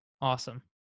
Awesome